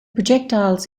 projectiles